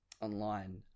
online